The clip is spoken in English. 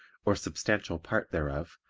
or substantial part thereof,